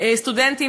סטודנטים